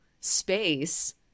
space